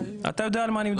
אתה יודע על מה אני מדבר.